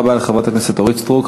תודה רבה לחברת הכנסת סטרוק.